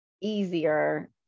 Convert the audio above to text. easier